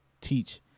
teach